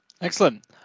Excellent